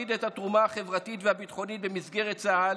המעמיד את התרומה החברתית והביטחונית במסגרת צה"ל